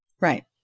right